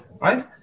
right